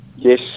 yes